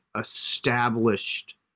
established